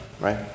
Right